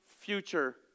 future